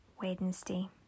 Wednesday